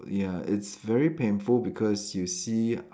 ya it's very painful because you see